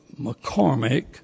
McCormick